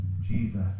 Jesus